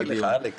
חיכיתי לך, אלכס.